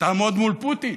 תעמוד מול פוטין,